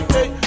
Hey